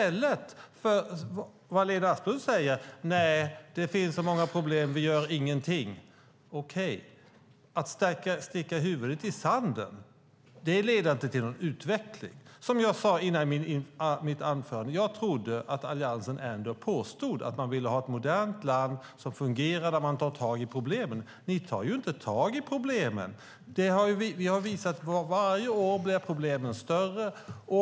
Lena Asplund säger: Nej, det finns så många problem. Vi gör ingenting. Att stoppa huvudet i sanden leder inte till någon utveckling. Som jag sade i mitt anförande: Jag trodde att Alliansen påstod att man ville ha ett modernt land som fungerar, där man tar tag i problemen. Ni tar inte tag i problemen. Vi har visat att problemen blir större för varje år.